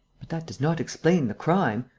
but that does not explain the crime,